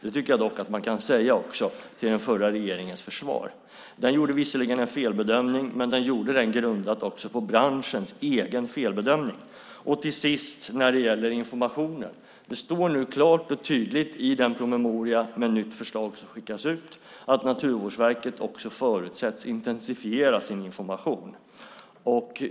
Det tycker jag också att man kan säga till den förra regeringens försvar. Den gjorde visserligen en felbedömning, men den gjorde det grundat på branschens egen felbedömning. När det till sist gäller informationen står det nu klart och tydligt i den promemoria med nytt förslag som skickas ut att Naturvårdsverket förutsätts intensifiera sin information.